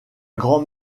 grand